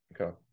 Okay